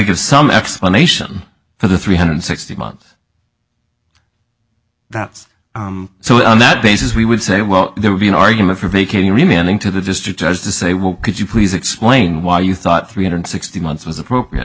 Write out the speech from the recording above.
give some explanation for the three hundred sixty month that's so on that basis we would say well there will be an argument for vacating remaining to the district judge to say well could you please explain why you thought three hundred sixty months was appropriate